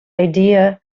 idea